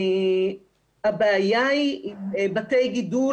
הבעיה עם בתי גידול,